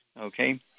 okay